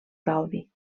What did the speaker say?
claudi